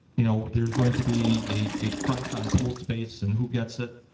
you know there's going to be a crunch on pool space, and who gets it,